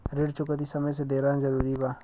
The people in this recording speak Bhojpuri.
ऋण चुकौती समय से देना जरूरी बा?